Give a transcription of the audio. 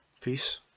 Peace